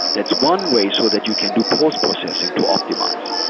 that's one way so that you can do post-processing to optimize.